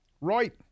right